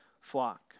flock